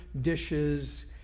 dishes